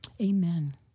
Amen